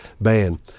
ban